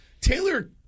Taylor